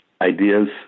ideas